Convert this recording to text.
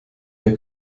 der